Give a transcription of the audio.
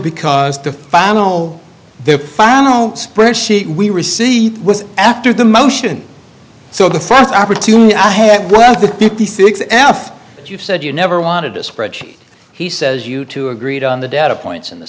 because the final the final spread sheet we received was after the motion so the first opportunity i had was the fifty six f you've said you never wanted a spreadsheet he says you two agreed on the data points in the